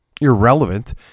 irrelevant